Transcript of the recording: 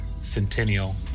Centennial